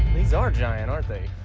these are giant, aren't they?